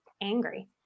angry